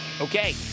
Okay